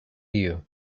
you